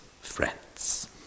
friends